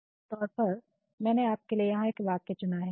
उदाहरण के तौर पर मैंने आपके लिए यहां एक वाक्य चुना है